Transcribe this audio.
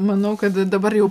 manau kad dabar jau